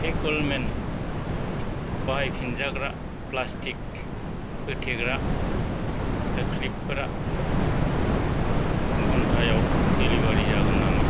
Fackelmann बाहायफिनजाग्रा plastic होथेग्रा क्लिपफोरा घन्टायाव डेलिबारि जागोन नामा